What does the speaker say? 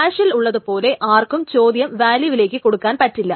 ഹാഷിൽ ഉള്ളതുപോലെ ആർക്കും ചോദ്യം വാല്യൂവിലേക്ക് കൊടുക്കാൻ പറ്റില്ല